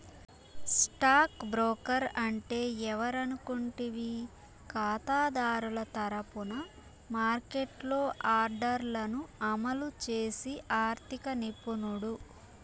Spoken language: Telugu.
స్టాక్ బ్రోకర్ అంటే ఎవరనుకుంటివి కాతాదారుల తరపున మార్కెట్లో ఆర్డర్లను అమలు చేసి ఆర్థిక నిపుణుడు